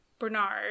Bernard